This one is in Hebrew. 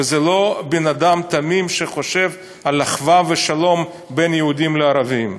וזה לא בן-אדם תמים שחושב על אחווה ושלום בין יהודים לערבים.